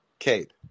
Kate